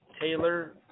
Taylor